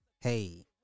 hey